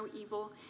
evil